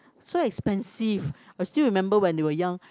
so expensive I still remember when they were young